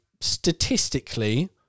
statistically